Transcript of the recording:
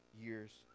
years